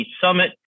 Summit